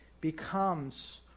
becomes